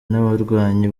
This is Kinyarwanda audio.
n’abarwanyi